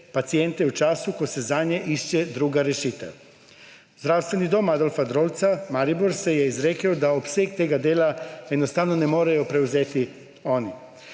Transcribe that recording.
paciente v času, ko se zanje išče druga rešitev. Zdravstveni dom Adolfa Drolca Maribor se je izrekel, da obseg tega dela enostavno ne morejo prevzeti.